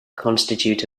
constitute